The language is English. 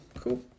cool